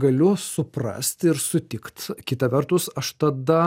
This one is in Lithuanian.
galiu suprast ir sutikt kita vertus aš tada